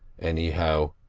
anyhow,